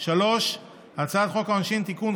3. הצעת חוק העונשין (תיקון,